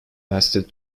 lasted